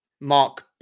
Mark